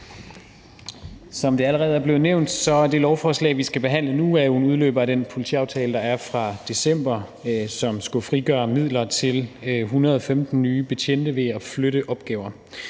Som det allerede er blevet nævnt, er det lovforslag, vi skal behandle nu, en udløber af den politiaftale fra december, som skal frigøre midler til 115 nye betjente ved at flytte nogle